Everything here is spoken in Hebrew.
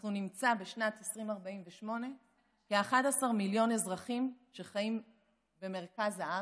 אנחנו נמצא בשנת 2048 כ-11 מיליון אזרחים שחיים במרכז הארץ.